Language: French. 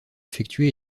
effectuer